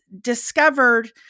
discovered